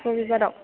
रबिबाराव